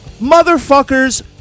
Motherfuckers